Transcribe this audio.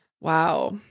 wow